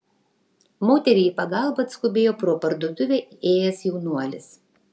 moteriai į pagalbą atskubėjo pro parduotuvę ėjęs jaunuolis